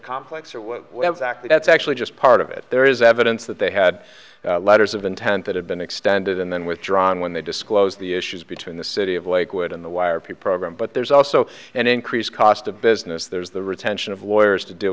complex or whatever the act that's actually just part of it there is evidence that they had letters of intent that have been extended and then withdrawn when they disclose the issues between the city of lakewood and the wire p program but there's also an increased cost of business there's the retention of lawyers to deal